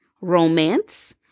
romance